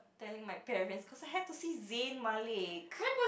telling my parent because I have to see Zayn-Malik